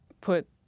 put